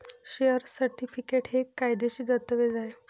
share certificate हे कायदेशीर दस्तऐवज आहे